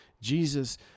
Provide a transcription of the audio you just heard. Jesus